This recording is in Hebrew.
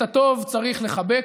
את הטוב צריך לחבק,